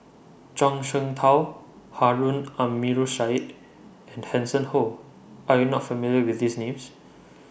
Zhuang Shengtao Harun Aminurrashid and Hanson Ho Are YOU not familiar with These Names